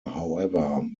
however